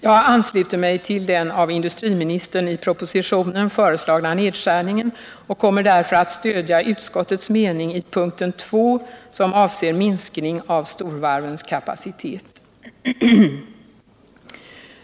Jag ansluter mig till den av industriministern i propositionen föreslagna nedskärningen och kommer därför att stödja utskottets mening i punkten 2 som avser minskning av storvarvens kapacitet.